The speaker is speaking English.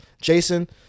Jason